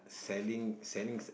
selling selling